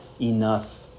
enough